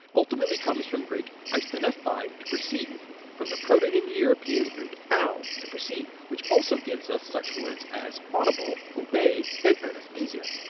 ultimately comes from greek aisthanesthai to perceive, from the proto-indo-european root au to perceive, which also gives us such words as audible, obey, and anaesthesia.